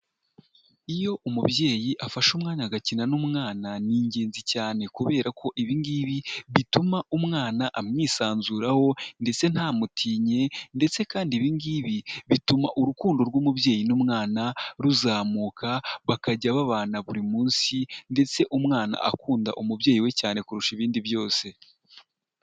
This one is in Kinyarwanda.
Iyo umubyeyi afashe umwanya agakina n'umwana ni ingenzi cyane kubera ko ibi ngibi bituma umwana amwisanzuraho ndetse ntamutinye ndetse kandi ibingibi bituma urukundo rw'umubyeyi n'umwana ruzamuka bakajya babana buri munsi ndetse umwana akunda umubyeyi we cyane kurusha ibindi byose.